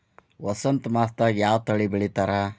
ವಸಂತ ಮಾಸದಾಗ್ ಯಾವ ಬೆಳಿ ಬೆಳಿತಾರ?